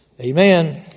Amen